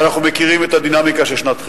ואנחנו מכירים את הדינמיקה של שנת בחירות.